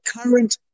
current